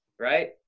right